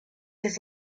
his